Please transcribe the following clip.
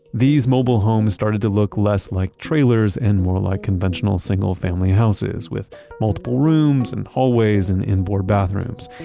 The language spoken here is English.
these mobile homes started to look less like trailers and more like conventional single-family houses, with multiple rooms and hallways, and and more bathrooms,